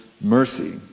mercy